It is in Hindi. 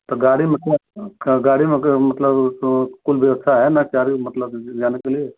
तो गाड़ी में गाड़ी में मतलब तो कुल व्यवस्था है ना गाड़ी मतलब जाने के लिए